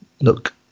look